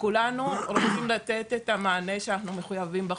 כולנו מחויבים לתת את המענה שאנחנו מחויבים לו בחוק.